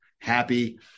happy